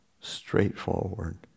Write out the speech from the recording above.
straightforward